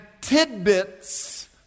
Tidbits